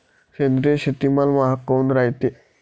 सेंद्रिय शेतीमाल महाग काऊन रायते?